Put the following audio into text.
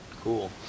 Cool